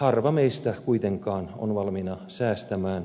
harva meistä kuitenkaan on valmis säästämään